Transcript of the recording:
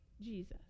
Jesus